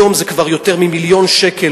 היום זה כבר יותר ממיליון שקל,